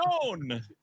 own